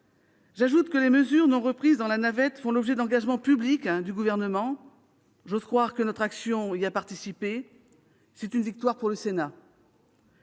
J'ajoute que les mesures non reprises dans la navette font l'objet d'engagements publics du Gouvernement. J'ose croire que notre action y a participé. C'est une victoire pour le Sénat.